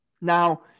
Now